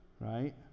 Right